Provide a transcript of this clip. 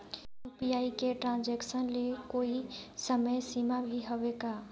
UPI के transaction ले कोई समय सीमा भी हवे का?